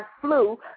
flu